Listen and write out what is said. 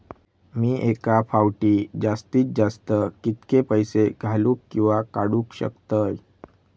मी एका फाउटी जास्तीत जास्त कितके पैसे घालूक किवा काडूक शकतय?